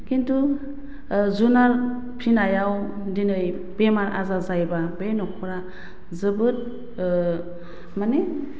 खिन्थु जुनार फिसिनायाव दिनै बेमार आजार जायोबा बे न'खरा जोबोर माने